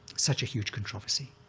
such a huge controversy?